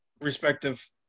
respective